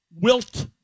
Wilt